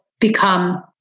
become